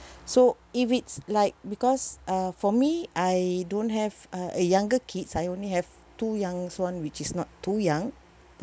so if it's like because uh for me I don't have uh a younger kids I only have two young's one which is not too young